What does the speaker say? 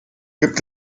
gibt